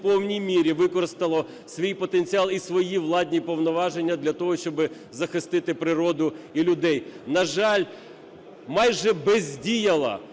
повній мірі використало свій потенціал і свої владні повноваження для того, щоб захистити природу і людей. На жаль, майже бездіяла